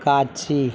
காட்சி